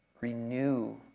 renew